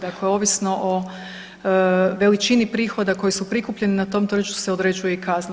Dakle, ovisno o veličini prihoda koji su prikupljeni na tom tržištu se određuje i kazna.